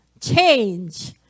change